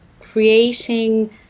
creating